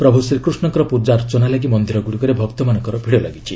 ପ୍ରଭୁ ଶ୍ରୀକୃଷ୍ଣଙ୍କର ପୂଜାର୍ଚ୍ଚନା ଲାଗି ମନ୍ଦିରଗୁଡ଼ିକରେ ଭକ୍ତମାନଙ୍କ ଭିଡ଼ ଲାଗିଛି